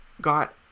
got